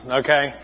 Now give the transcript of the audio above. okay